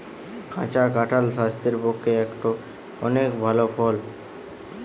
কাঁচা কাঁঠাল স্বাস্থ্যের পক্ষে একটো অনেক ভাল ফল